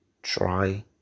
try